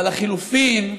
אבל לחלופין,